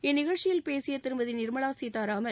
இந்நிகழ்ச்சியில் பேசிய திருமதி நிர்மலா கீதாராமன்